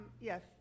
Yes